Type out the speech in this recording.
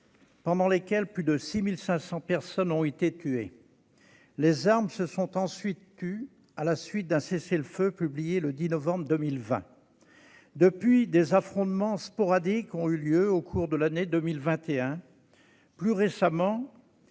l'Azerbaïdjan. Plus de 6 500 personnes ont alors été tuées. Les armes se sont tues à la suite d'un cessez-le-feu publié le 10 novembre 2020. Des affrontements sporadiques ont eu lieu au cours de l'année 2021. Plus récemment,